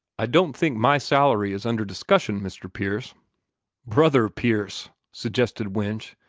i don't think my salary is under discussion, mr. pierce brother pierce! suggested winch,